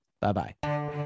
Bye-bye